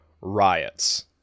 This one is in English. riots